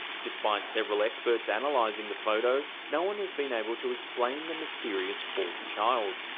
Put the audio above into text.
despite several experts analyzing the photo, no one has been able to explain the mysterious fourth child.